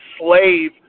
slave